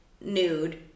nude